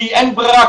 כי אין ברירה,